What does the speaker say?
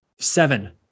Seven